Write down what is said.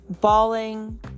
bawling